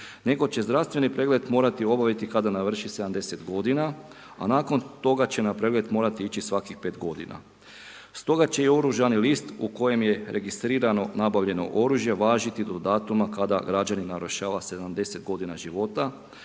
nego će zdravstveni pregled morati obaviti kada navrši 70 godina, a nakon toga će na pregled morati ići svakih 5 godina. Stoga će i oružani list u kojem je registrirano nabavljeno oružje važiti do datuma kada građanin navršava 70 godina života,